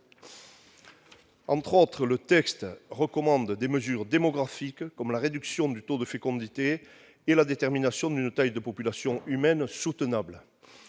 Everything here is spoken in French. entre autres des mesures démographiques comme la réduction du taux de fécondité et la détermination d'une taille de population humaine soutenable.